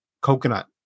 coconut